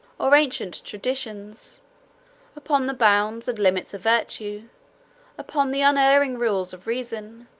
or ancient traditions upon the bounds and limits of virtue upon the unerring rules of reason,